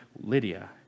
Lydia